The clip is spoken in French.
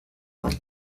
vingt